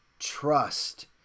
Trust